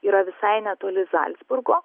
yra visai netoli zalcburgo